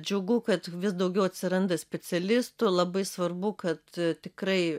džiugu kad vis daugiau atsiranda specialistų labai svarbu kad tikrai